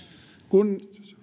kun